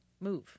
move